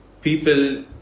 People